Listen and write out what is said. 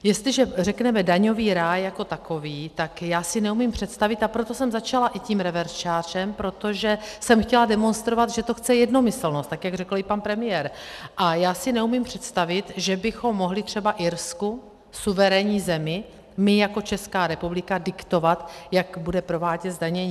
Jestliže řekneme daňový ráj jako takový, tak já si neumím představit a proto jsem začala i tím reverse charge, protože jsem chtěla demonstrovat, že to chce jednomyslnost, tak jak řekl i pan premiér já si neumím představit, že bychom mohli třeba Irsku, suverénní zemi, my jako Česká republika diktovat, jak bude provádět zdanění.